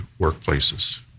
workplaces